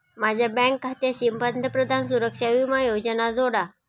माझ्या बँक खात्याशी पंतप्रधान सुरक्षा विमा योजना जोडा